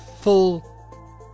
full